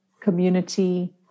community